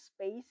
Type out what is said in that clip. space